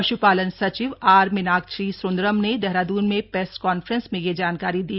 पश्पालन सचिव आर मीनाक्षी सुन्दरम ने देहरादून में प्रेस कॉन्फ्रेंस में यह जानकारी दी